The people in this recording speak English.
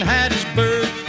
Hattiesburg